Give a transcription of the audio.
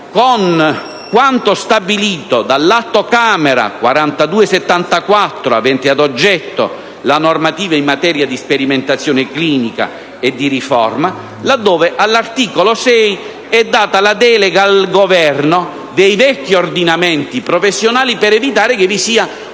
con quanto stabilito dall'Atto Camera n. 4274, avente ad oggetto la normativa in materia di sperimentazione clinica e di riforma, dove, all'articolo 6, è data la delega al Governo dei vecchi ordinamenti professionali per evitare che vi sia un'asimmetria